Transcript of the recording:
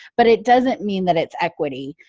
but it doesn't mean that it's equity,